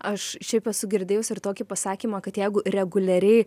aš šiaip esu girdėjusi ir tokį pasakymą kad jeigu reguliariai